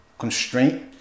constraint